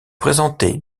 présenter